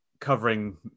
covering